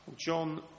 John